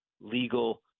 legal